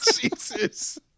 Jesus